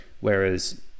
whereas